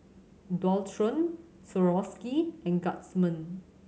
Dualtron Swarovski and Guardsman